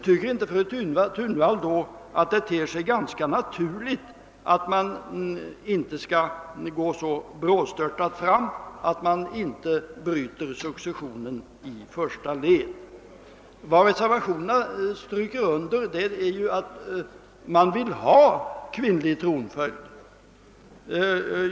Tycker inte fru Thunvall att det med hänsyn härtill ter sig ganska naturligt att man inte går så brådstörtat fram att successionen i första led brytes? Vad vi reservanter stryker under är ju att vi vill ha kvinnlig tronföljd.